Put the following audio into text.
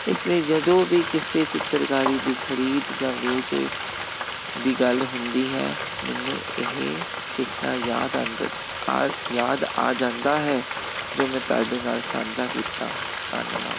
ਇਸ ਲਈ ਜਦੋਂ ਵੀ ਕਿਸੇ ਚਿੱਤਰਕਾਰੀ ਦੀ ਖਰੀਦ ਜਾਂ ਵੇਚ ਦੀ ਗੱਲ ਹੁੰਦੀ ਹੈ ਮੈਨੂੰ ਇਹ ਕਿੱਸਾ ਯਾਦ ਯਾਦ ਆ ਜਾਂਦਾ ਹੈ ਜੋ ਮੈਂ ਤੁਹਾਡੇ ਨਾਲ ਸਾਂਝਾ ਕੀਤਾ ਧੰਨਵਾਦ